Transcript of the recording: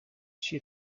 she